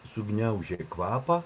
sugniaužė kvapą